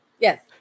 Yes